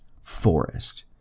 forest